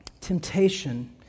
Temptation